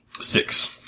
Six